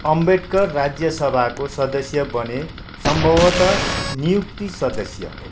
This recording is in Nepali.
अम्बेडकर राज्यसभाको सदस्य बने सम्भवतः नियुक्ति सदस्य